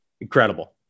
incredible